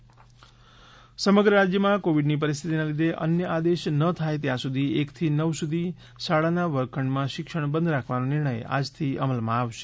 મુખ્યમંત્રી શિક્ષણ સમગ્ર રાજ્યમાં કોવીડની પરિસ્થિતીના લીઘે અન્ય આદેશ થાય ત્યાં સુધી એકથી નવ સુધી શાળાના વર્ગખંડમાં શિક્ષણ બંધ રાખવાનો નિર્ણય આજથી અમલમાં આવશે